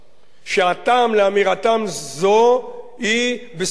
שהטעם לאמירתם זו הוא בסך הכול: